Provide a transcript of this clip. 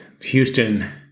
Houston